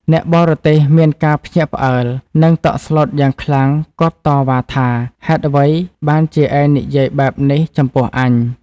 អ្នកបរទេះមានការភ្ញាក់ផ្អើល និងតក់ស្លុតយ៉ាងខ្លាំងគាត់តវ៉ាថា ហេតុអ្វីបានជាឯងនិយាយបែបនេះចំពោះអញ។